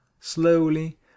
slowly